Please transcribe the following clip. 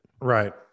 Right